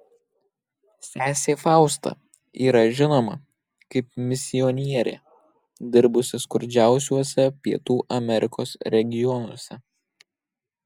sesė fausta yra žinoma kaip misionierė dirbusi skurdžiausiuose pietų amerikos regionuose